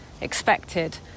expected